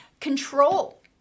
control